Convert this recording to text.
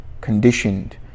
conditioned